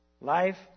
Life